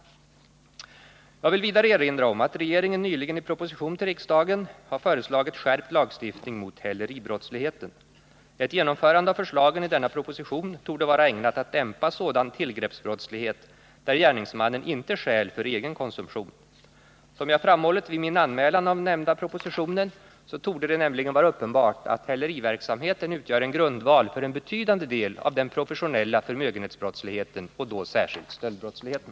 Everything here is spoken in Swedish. Jag vill vidare erinra om att regeringen nyligen i proposition till riksdagen har föreslagit skärpt lagstiftning mot häleribrottsligheten. Ett genomförande av förslagen i denna proposition torde vara ägnat att dämpa sådan tillgreppsbrottslighet där gärningsmannen inte stjäl för egen konsumtion. Som jag har framhållit vid min anmälan av den nämnda propositionen torde det nämligen vara uppenbart att häleriverksamheten utgör en grundval för en betydande del av den professionella förmögenhetsbrottsligheten och då särskilt stöldbrottsligheten.